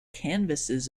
canvases